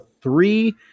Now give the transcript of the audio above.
three